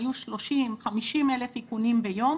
היו 30,000, 50,000 איכונים ביום.